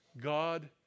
God